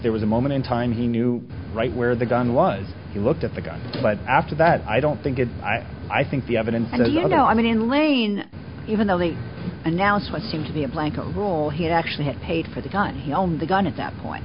there was a moment in time he knew right where the gun was he looked at the gun but after that i don't think it's i i think the evidence that you know i mean in lane even though the announcement seemed to be a blanket rule he actually had paid for the gun he owned the gun at that point